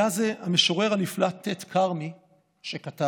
המשורר הנפלא ט' כרמי כתב: